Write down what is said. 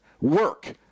work